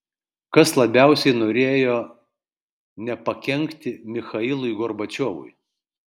kas labiausiai norėjo nepakenkti michailui gorbačiovui